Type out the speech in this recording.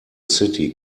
city